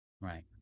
Right